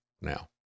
now